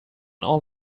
all